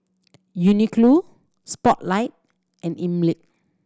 Uniqlo Spotlight and Einmilk